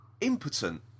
impotent